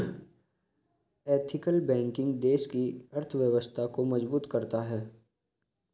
ethical banking देश की अर्थव्यवस्था को मजबूत करता है